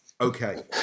Okay